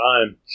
time